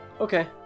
Okay